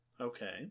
okay